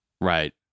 Right